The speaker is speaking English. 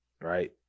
right